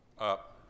Up